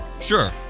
Sure